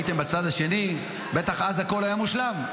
הייתם בצד השני, בטח אז הכול היה מושלם.